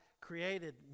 created